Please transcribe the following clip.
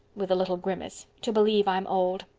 with a little grimace. to believe i'm old.